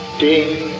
ding